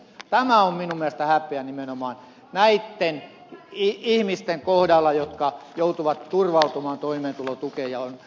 tämä on minun mielestäni häpeä nimenomaan näitten ihmisten kohdalla jotka joutuvat turvautumaan toimeentulotukeen ja joilla on lapsia